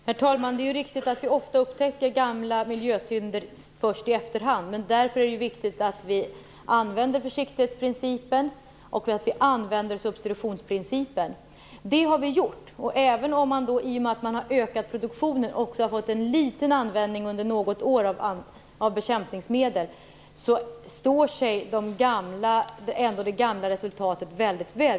Herr talman! Det är riktigt att vi ofta upptäcker gamla miljösynder först i efterhand. Därför är det viktigt att vi använder oss av försiktighetsprincipen och substitutionsprincipen. Det har vi gjort. Även om det, i och med ökad produktion, förekommit viss användning av bekämpningsmedel under något år, står sig det gamla resultatet väldigt väl.